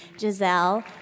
Giselle